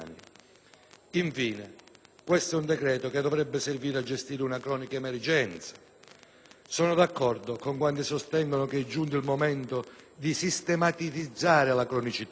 Infine, questo è un decreto che dovrebbe servire a gestire una cronica emergenza. Sono d'accordo con quanti sostengono che è giunto il momento di sistematizzare la cronicità: